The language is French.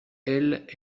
elle